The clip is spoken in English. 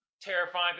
Terrifying